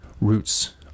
roots